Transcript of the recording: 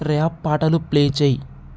rap పాటలు play చెయ్యి